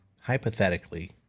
hypothetically